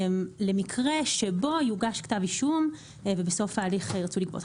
- למקרה שבו יוגש כתב אישום ובסוף ההליך ירצו לגבות.